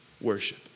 worship